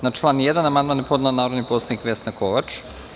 Na član 1. amandman je podnela narodni poslanik Vesna Kovač.